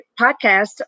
podcast